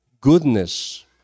goodness